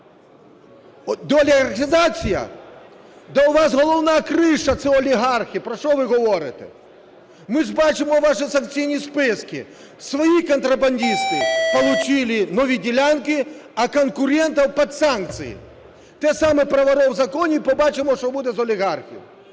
деолігархізація? Та у вас головна "криша" – це олігархи. Про що ви говорите? Ми ж бачимо ваші санкційні списки: свої контрабандисти получили нові "ділянки", а конкурентов под санкции. Те саме про "воров в законі", і побачимо, що буде з олігархів.